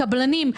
הקבלנים,